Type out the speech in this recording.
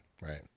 Right